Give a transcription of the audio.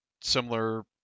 similar